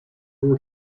were